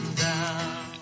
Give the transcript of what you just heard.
down